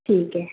ठीक आहे